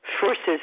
forces